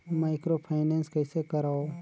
Microfinance कइसे करव?